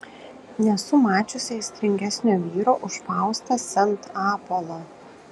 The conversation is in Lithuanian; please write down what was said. nesu mačiusi aistringesnio vyro už faustą sent apolą